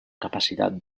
capacitat